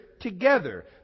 Together